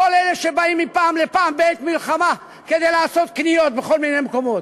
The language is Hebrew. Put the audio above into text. כל אלה שבאים מפעם לפעם בעת מלחמה כדי לעשות קניות בכל מיני מקומות.